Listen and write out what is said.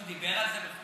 מישהו דיבר על זה בכלל?